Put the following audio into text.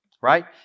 right